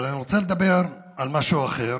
אבל אני רוצה לדבר על משהו אחר.